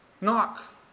knock